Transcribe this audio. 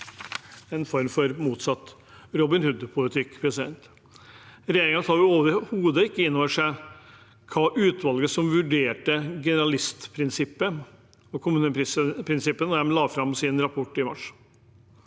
en form for motsatt Robin Hood-politikk. Regjeringen tar overhodet ikke inn over seg hva utvalget som vurderte generalistprinsippet og kommuneprinsippet, sa da de la fram sin rapport i mars.